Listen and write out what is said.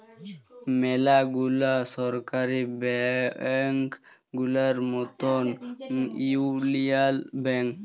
ম্যালা গুলা সরকারি ব্যাংক গুলার মতল ইউলিয়াল ব্যাংক